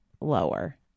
lower